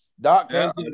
doc